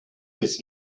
was